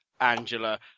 Angela